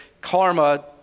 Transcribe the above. karma